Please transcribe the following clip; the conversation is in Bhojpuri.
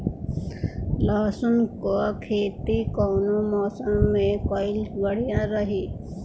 लहसुन क खेती कवने मौसम में कइल बढ़िया रही?